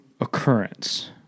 occurrence